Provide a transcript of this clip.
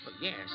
yes